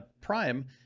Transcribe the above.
prime